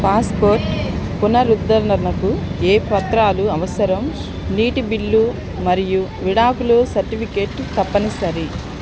passport పునరుద్ధరణకు ఏ పత్రాలు అవసరం నీటి బిల్లు మరియు విడాకులు సర్టిఫికేట్ తప్పనిసరి